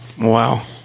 wow